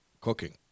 cooking